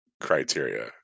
criteria